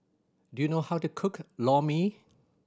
do you know how to cook Lor Mee